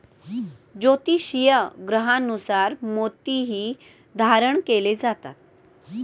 ज्योतिषीय ग्रहांनुसार मोतीही धारण केले जातात